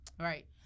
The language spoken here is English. Right